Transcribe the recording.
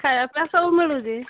ଖାଇବା ପିଇବା ସବୁ ମିଳୁଛି